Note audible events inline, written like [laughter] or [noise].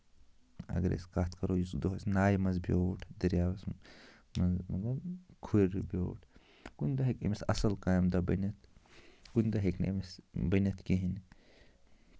اَگر أسۍ کَتھ کَرو یُس دۄہَس ناوِ منٛز بیوٗٹھ دریابَس منٛز [unintelligible] کُنہِ دۄہ ہیٚکہِ أمِس اَصٕل کامہِ دۄہ بٔنِتھ کُنہِ دۄہ ہیٚکہِ نہٕ أمِس بٔنِتھ کِہیٖنۍ